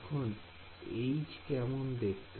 এখন H কেমন দেখতে